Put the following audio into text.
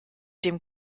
dem